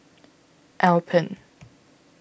Alpen